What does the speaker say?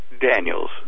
Daniel's